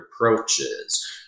approaches